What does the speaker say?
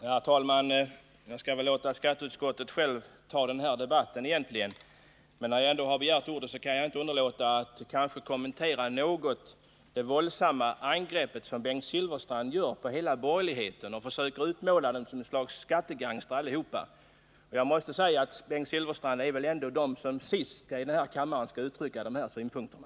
Herr talman! Jag skulle väl egentligen låta ledamöterna i skatteutskottet själva föra den här debatten. Men när jag ändå begärt ordet kan jag inte underlåta att något kommentera det våldsamma angrepp som Bengt Silfverstrand gjorde på hela borgerligheten, där han försökte utmåla den som en samling skattegangstrar. Bengt Silfverstrand är väl ändå den som sist av alla i denna kammare borde uttrycka de synpunkterna.